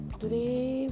today